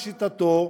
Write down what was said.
לשיטתו,